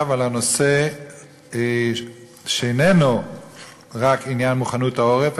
על הנושא שאיננו רק עניין מוכנות העורף,